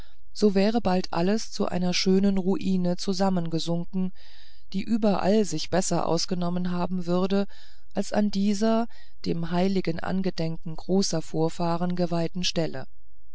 so wäre bald alles zu einer schönen ruine zusammengesunken die überall sich besser ausgenommen haben würde als an dieser dem heiligen andenken großer vorfahren geweihten stelle